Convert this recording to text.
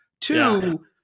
Two